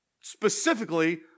specifically